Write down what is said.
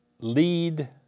lead